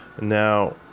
now